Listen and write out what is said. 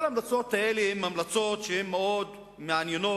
כל ההמלצות האלה הן מאוד מעניינות,